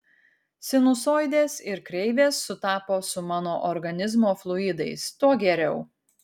sinusoidės ir kreivės sutapo su mano organizmo fluidais tuo geriau